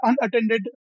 unattended